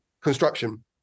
construction